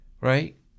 right